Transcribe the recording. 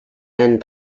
and